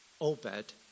Obed